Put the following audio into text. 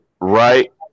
Right